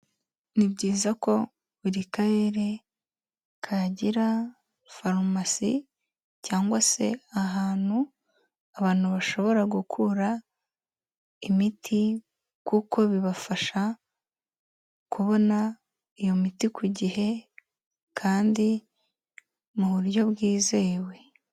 Ni byiza ko buri karere kagira farumasi, cyangwa se ahantu abantu bashobora gukura imiti, kuko bibafasha kubona iyo miti ku gihe kandi mu buryo bwizewe.